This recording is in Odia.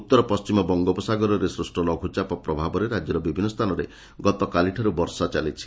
ଉତ୍ତର ପଣିମ ବଙ୍ଗୋପସଗାରରେ ସୃଷ ଲଘୁଚାପ ପ୍ରଭାବରେ ରାକ୍ୟର ବିଭିନ୍ନ ସ୍ଚାନରେ ଗତକାଲିଠାରୁ ବର୍ଷା ଚାଲିଛି